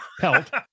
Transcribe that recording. pelt